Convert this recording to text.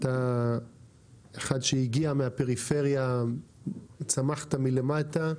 אתה אחד שהגיע מהפריפריה, צמחת מלמטה,